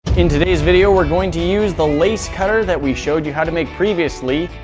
in today's video, we're going to use the lace cutter that we showed you how to make previously,